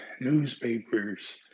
newspapers